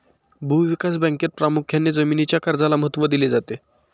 भूविकास बँकेत प्रामुख्याने जमीनीच्या कर्जाला महत्त्व दिले जाते